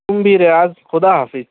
تم بھی ریاض خدا حافظ